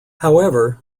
however